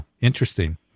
interesting